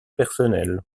personnelles